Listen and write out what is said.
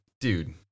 Dude